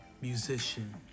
musician